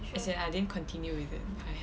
as in I didn't continue with it